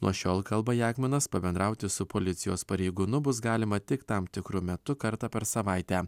nuo šiol kalba jagminas pabendrauti su policijos pareigūnu bus galima tik tam tikru metu kartą per savaitę